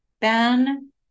ben